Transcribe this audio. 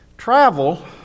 Travel